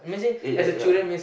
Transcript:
eh eh yeah